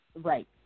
Right